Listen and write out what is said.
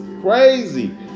crazy